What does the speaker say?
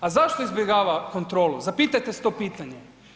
A zašto izbjegava kontrolu, zapitajte se to pitanje.